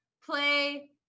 play